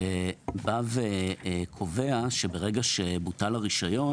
חסר סעיף שבא וקובע שברגע שבוטל הרישיון